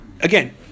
again